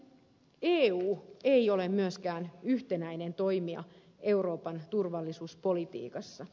eu ei ole myöskään yhtenäinen toimija euroopan turvallisuuspolitiikassa